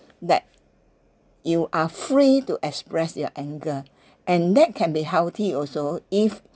that you are free to express your anger and that can be healthy also if